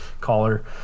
Caller